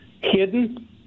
hidden